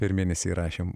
per mėnesį įrašėm